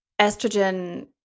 estrogen